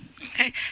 okay